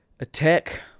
Attack